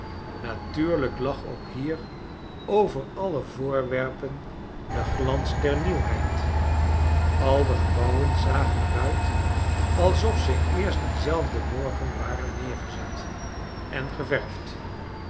natuurlijk lag ook hier over all'e voorwerpen de glans der nieuwheid al de gebouwen zagen er uit alsof ze eerst dien zelfden morgen waren neergezet en geverfd